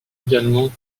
également